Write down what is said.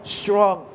strong